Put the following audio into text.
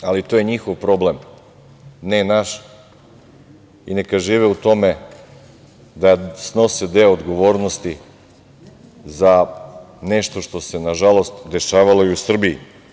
Ali, to je njihov problem, ne naš i neka žive u tome da snose deo odgovornosti za nešto što se, nažalost, dešavalo i u Srbiji.